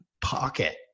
pocket